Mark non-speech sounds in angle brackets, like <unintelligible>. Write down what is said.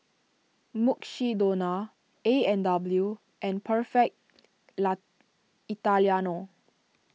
Mukshidonna A and W and Perfect <unintelligible> Italiano